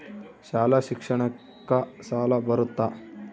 ಶಾಲಾ ಶಿಕ್ಷಣಕ್ಕ ಸಾಲ ಬರುತ್ತಾ?